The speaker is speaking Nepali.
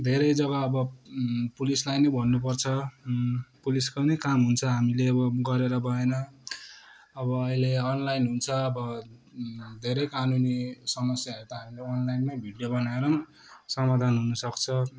धेरै जग्गा अब पुलिसलाई नै भन्नु पर्छ पुलिसको नै काम हुन्छ हामीले अब गरेर भएन अब अहिलो अनलाइन हुन्छ अब धेरै कानुनी समस्याहरू त हामीले अनलाइनमै भिडियो बनाएर पनि समाधान हुन सक्छ